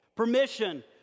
permission